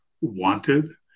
wanted